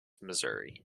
missouri